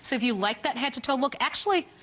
so if you like that head-to-toe look actually